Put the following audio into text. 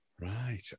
Right